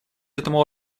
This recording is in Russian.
этому